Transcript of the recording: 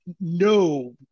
no